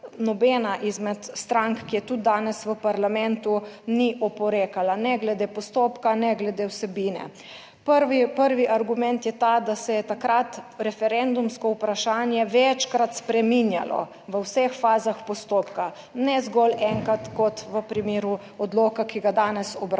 izmed strank, ki je tudi danes v parlamentu ni oporekala, ne glede postopka ne glede vsebine. Prvi argument je ta, da se je takrat referendumsko vprašanje večkrat spreminjalo v vseh fazah postopka, ne zgolj enkrat kot v primeru odloka, ki ga danes obravnavamo,